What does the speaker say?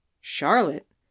Charlotte